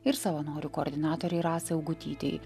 ir savanorių koordinatorei rasai augutytei